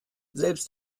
selbst